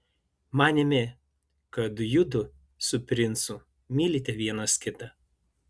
manėme kad judu su princu mylite vienas kitą